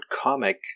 comic